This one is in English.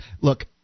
Look